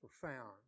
profound